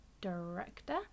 director